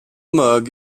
mug